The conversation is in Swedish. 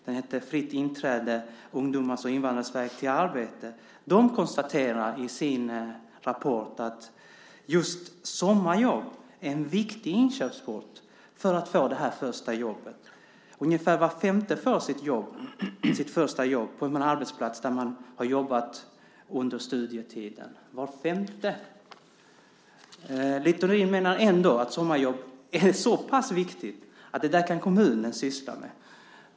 Den heter Fritt inträde? Ungdomars och invandrares väg till det första arbetet . Rådet konstaterar i sin rapport att just sommarjobb är en viktig inkörsport för att få det första jobbet. Ungefär var femte får sitt första jobb på den arbetsplats där man har jobbat under studietiden. Littorin menar ändå att sommarjobb är så pass viktiga att det där kan kommunen syssla med.